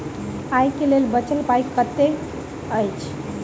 आइ केँ लेल बचल पाय कतेक अछि?